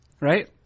right